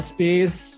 Space